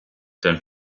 tan